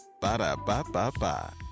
Ba-da-ba-ba-ba